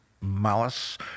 malice